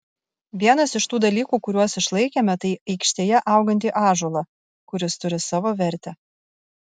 vienas iš tų dalykų kuriuos išlaikėme tai aikštėje augantį ąžuolą kuris turi savo vertę